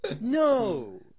No